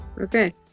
Okay